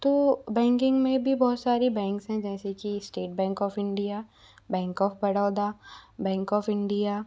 तो बैंकिंग में भी बहुत सारे बैंक्स हैं जैसे कि state bank of India bank of Baroda bank of India